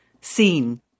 seen